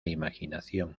imaginación